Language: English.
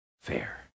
fair